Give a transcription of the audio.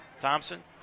Thompson